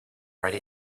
write